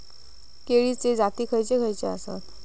केळीचे जाती खयचे खयचे आसत?